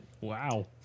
Wow